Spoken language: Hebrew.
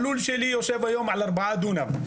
הלול שלי יושב על 4 דונם.